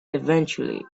eventually